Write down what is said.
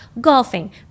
golfing